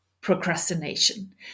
procrastination